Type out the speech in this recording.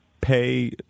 pay